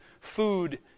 food